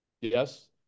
Yes